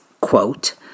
quote